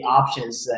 options